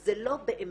אז זה לא באמת.